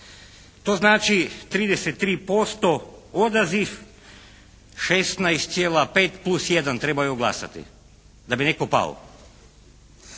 To znači 33% odaziv, 16,5 plus jedan trebaju glasati da bi netko pao.